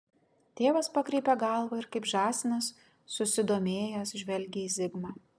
tėvas pakreipia galvą ir kaip žąsinas susidomėjęs žvelgia į zigmą